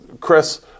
Chris